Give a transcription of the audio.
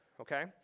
okay